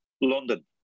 London